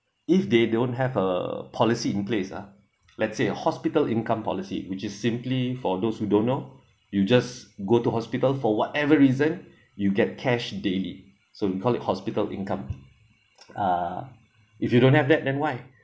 if they don't have a policy in place ah let's say hospital income policy which is simply for those who don't know you just go to hospital for whatever reason you get cash daily so we called it hospital income uh if you don't have that then why